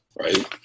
Right